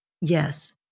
Yes